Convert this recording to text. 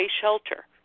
shelter